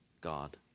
God